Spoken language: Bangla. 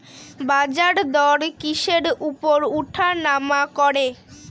বাজারদর কিসের উপর উঠানামা করে?